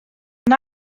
dyna